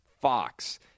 Fox